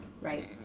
Right